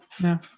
No